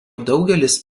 daugelis